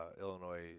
Illinois